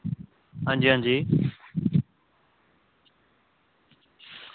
हां जी हां जी